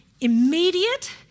immediate